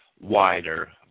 wider